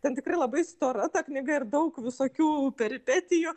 ten tikrai labai stora ta knyga ir daug visokių peripetijų